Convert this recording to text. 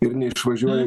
ir neišvažiuoja